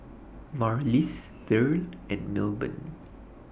Marlys Verl and Melbourne